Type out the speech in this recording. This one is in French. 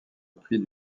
prix